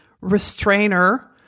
restrainer